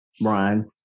Brian